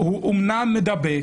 הוא אומנם מדבק,